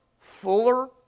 fuller